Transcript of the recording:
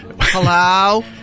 hello